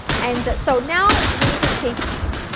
and so now you need to shape these,